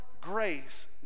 grace